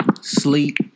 Sleep